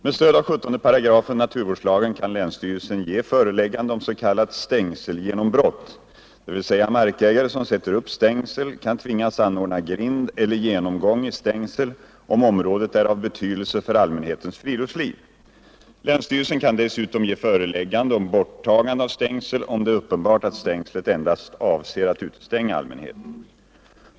Med stöd av 17 § naturvårdslagen kan länsstyrelsen ge föreläggande om s.k. stängselgenombrott, dvs. markägare som sätter upp stängsel kan tvingas anordna grind eller genomgång i stängsel om området är av betydelse för allmänhetens friluftsliv. Länsstyrelsen kan dessutom ge föreläggande om borttagande av stängsel om det är uppenbart att stängslet endast avser att utestänga allmänheten.